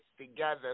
together